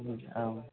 औ